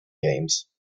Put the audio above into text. games